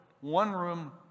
one-room